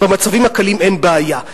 במצבים הקלים אין בעיה.